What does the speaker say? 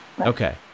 Okay